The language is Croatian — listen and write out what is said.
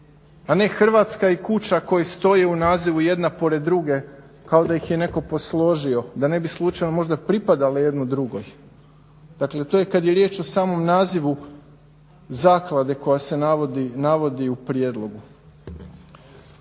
a ne Hrvatska i kuća koja stoji u nazivu jedna pored druge kao da ih je neko posložio, da ne bi slučajno možda pripadale jedna drugoj. Dakle, to je kad je riječ o samom nazivu zaklade koja se navodi u prijedlogu.